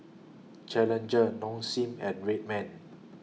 Challenger Nong Shim and Red Man